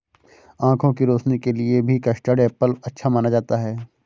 आँखों की रोशनी के लिए भी कस्टर्ड एप्पल अच्छा माना जाता है